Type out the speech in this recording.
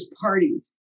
parties